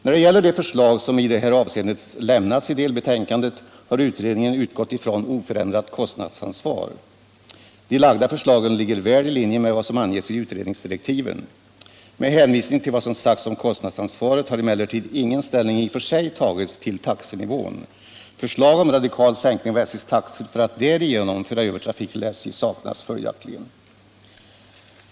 När det gäller de förslag som i detta avseende lämnats i delbetänkandet har utredningen utgått ifrån oförändrat kostnadsansvar. De framlagda förslagen ligger väl i linje med vad som angetts i utredningsdirektiven. Med hänvisning till vad som sagts om kostnadsansvaret har emellertid ingen ställning i och för sig tagits till taxenivån. Förslag om radikal sänkning av SJ:s taxor för att därigenom föra över trafik till SJ saknas följaktligen.